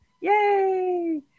Yay